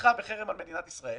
לתמיכה בחרם על מדינת ישראל,